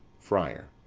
friar.